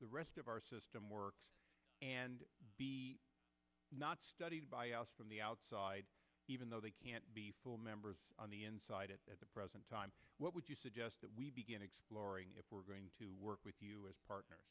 the rest of our system works and not studied from the outside even though they can't be full members on the inside at the present time what would you suggest that we begin exploring if we're going to work with you as partner